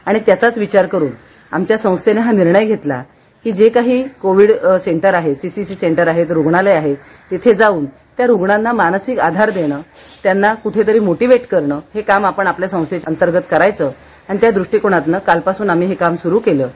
आणि त्याचाच विचार करून आमच्या संस्थेनं निर्णय घेतला की जे काही कोविड सेंटर आहे कसा सेंटर आहेत रुग्णालये आहेत तिथे जाऊन त्या रुग्णांना मानसिक आधार देणं त्यांना कुठेतरी मोटिव्हेट करण हे काम आपण आपल्या संस्थेमार्फत करायचं आणि त्या दृष्टिकोनातून काळ पासून आम्ही हे काम सुरु केलय